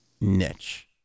niche